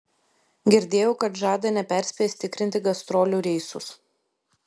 girdėjau kad žada neperspėjęs tikrinti gastrolių reisus